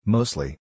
Mostly